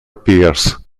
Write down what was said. pierce